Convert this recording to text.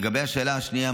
לגבי השאלה השנייה,